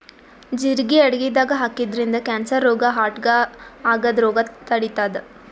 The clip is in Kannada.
ಜಿರಗಿ ಅಡಗಿದಾಗ್ ಹಾಕಿದ್ರಿನ್ದ ಕ್ಯಾನ್ಸರ್ ರೋಗ್ ಹಾರ್ಟ್ಗಾ ಆಗದ್ದ್ ರೋಗ್ ತಡಿತಾದ್